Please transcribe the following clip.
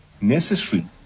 necessary